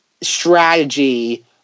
strategy